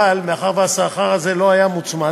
אבל מאחר שהתשלום הזה לא היה מוצמד,